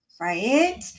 right